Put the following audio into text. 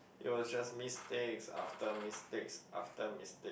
it was just mistakes after mistakes after mistake